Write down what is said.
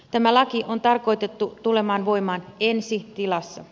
tämä laki on tarkoitettu tulemaan voimaan ensi tilassa